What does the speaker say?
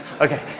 Okay